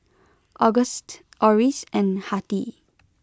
Auguste Oris and Hattie